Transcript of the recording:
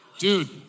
dude